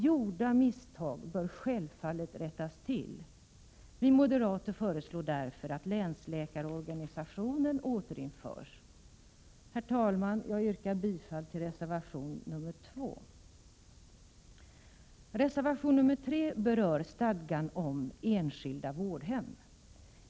Gjorda misstag bör självfallet rättas till. Vi moderater föreslår därför att länsläkarorganisationen återinförs. Herr talman! Jag yrkar bifall till reservation 2. Resérvation 3 berör stadgan om enskilda vårdhem.